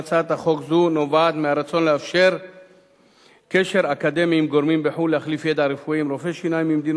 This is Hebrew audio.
מטרת הצעת החוק שלפנינו היא לאפשר לרופאי שיניים בעלי